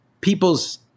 People's